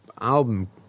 album